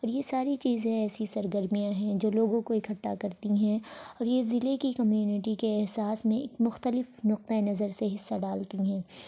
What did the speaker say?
اور یہ ساری چیزیں ایسی سرگرمیاں ہیں جو لوگوں کو اکھٹا کرتی ہیں اور یہ ضلعے کی کمیونٹی کے احساس میں ایک مختلف نقطۂ نظر سے حصہ ڈالتی ہیں